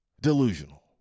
delusional